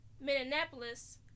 Minneapolis